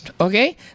okay